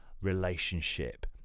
relationship